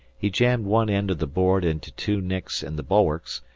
he jammed one end of the board into two nicks in the bulwarks,